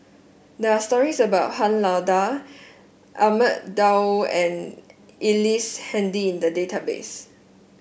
there are stories about Han Lao Da Ahmad Daud and Ellice Handy in the database